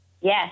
Yes